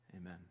amen